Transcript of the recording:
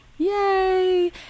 Yay